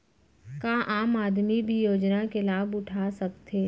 का आम आदमी भी योजना के लाभ उठा सकथे?